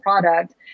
product